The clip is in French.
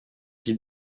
vit